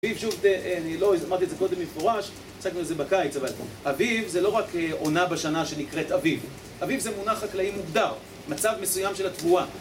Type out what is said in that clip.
אביב, שוב, ת..א..לא, אמרתי את זה קודם במפורש, הצגנו את זה בקיץ, אבל... אביב זה לא רק עונה בשנה שנקראת אביב. אביב זה מונח חקלאי מוגדר, מצב מסוים של התבואה.